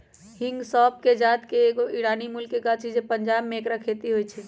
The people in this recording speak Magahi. हिंग सौफ़ कें जात के एगो ईरानी मूल के गाछ हइ पंजाब में ऐकर खेती होई छै